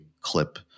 clip